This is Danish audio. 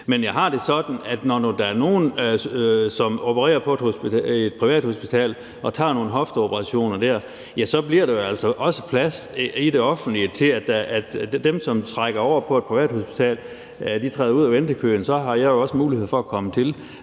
Men jeg ser det sådan, at når der er nogen, som opererer på et privathospital og tager nogle hofteoperationer der, så bliver der jo altså også plads i det offentlige, fordi dem, der flytter over til et privathospital, træder ud af ventekøen, og så har jeg også mulighed for at komme til,